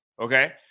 okay